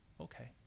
okay